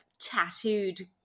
tattooed